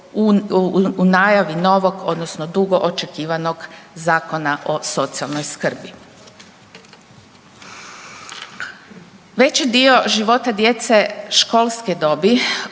u najavi novog odnosno dugo očekivanog Zakona o socijalnoj skrbi. Veći dio života djece školske dobi koje